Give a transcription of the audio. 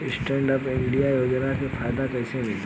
Stand up India योजना के फायदा कैसे मिली?